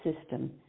system